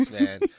man